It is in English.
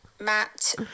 Matt